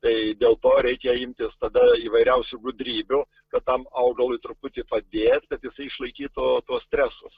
tai dėl to reikia imtis tada įvairiausių gudrybių kad tam augalui truputį padėt kad jisai išlaikytų tuos stresus